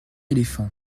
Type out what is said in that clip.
éléphants